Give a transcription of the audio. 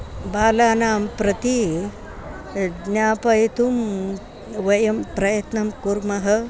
बालानां प्रति ज्ञापयितुं वयं प्रयत्नं कुर्मः